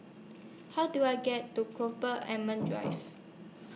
How Do I get to Drive